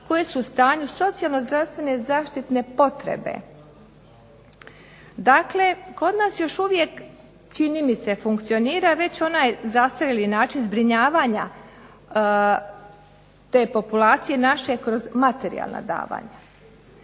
koje su u stanju socijalno-zdravstvene zaštitne potrebe. Dakle, kod nas još uvijek čini mi se funkcionira već onaj zastarjeli način zbrinjavanja te populacije naše kroz materijalna davanja.